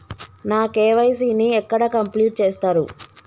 నా కే.వై.సీ ని ఎక్కడ కంప్లీట్ చేస్తరు?